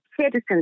citizens